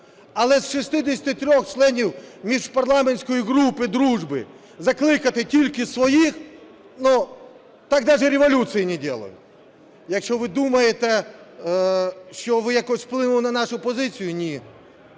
Але з 63 членів міжпарламентської групи дружби закликати тільки своїх, ну, так даже революции не делают. Якщо ви думаєте, що ви якось вплинули на нашу позицію – ні.